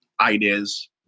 ideas